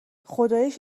خداییش